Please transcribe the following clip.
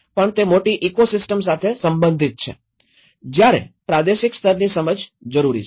પણ તે મોટી ઇકોસિસ્ટમ સાથે સંબંધિત છે જ્યાં પ્રાદેશિક સ્તરની સમજ જરૂરી છે